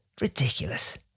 Ridiculous